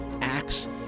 acts